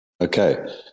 Okay